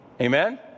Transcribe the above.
Amen